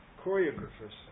choreographers